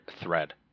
thread